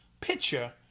picture